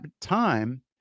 time